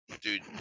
Dude